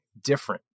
different